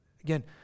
Again